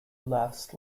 laughs